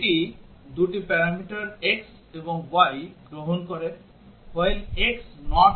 এটি দুটি parameter x এবং y গ্রহণ করে while x